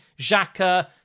Xhaka